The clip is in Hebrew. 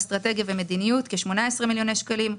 אסטרטגיה ומדיניות כ-18 מיליוני שקלים.